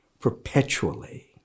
perpetually